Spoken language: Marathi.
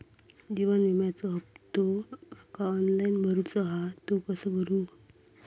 जीवन विम्याचो हफ्तो माका ऑनलाइन भरूचो हा तो कसो भरू?